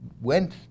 went